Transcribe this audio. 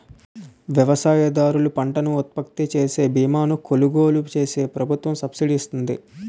వ్యవసాయదారులు పంటను ఉత్పత్తిచేసే బీమాను కొలుగోలు చేస్తే ప్రభుత్వం సబ్సిడీ ఇస్తుంది